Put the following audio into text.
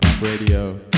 Radio